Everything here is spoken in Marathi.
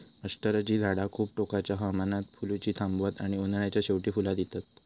अष्टरची झाडा खूप टोकाच्या हवामानात फुलुची थांबतत आणि उन्हाळ्याच्या शेवटी फुला दितत